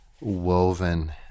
woven